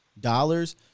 dollars